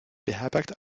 beherbergt